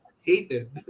hated